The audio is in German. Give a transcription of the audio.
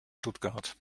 stuttgart